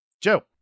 Joe